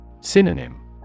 Synonym